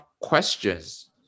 questions